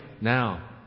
now